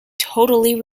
totally